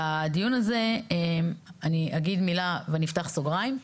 בדיון הזה, אני אגיד מילה ואני אפתח סוגריים.